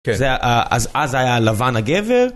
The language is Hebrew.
כן אז אז זה היה הלבן הגבר